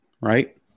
right